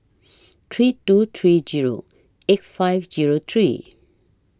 three two three Zero eight five Zero three